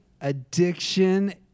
addiction